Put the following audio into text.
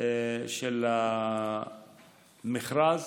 של המכרז,